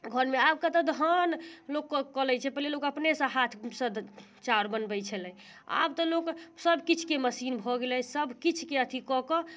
घरमे आब कतऽ धान लोक कऽ कऽ लै छै पहिले लोक अपनेसँ हाथसँ चाउर बनबै छलै आब तऽ लोक सभकिछुके मशीन भऽ गेलै सभकिछुके अथी कऽ कऽ